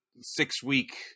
six-week